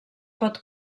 pot